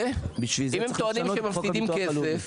אם הם טוענים שהם מפסידים כסף